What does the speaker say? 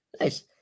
Nice